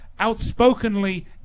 outspokenly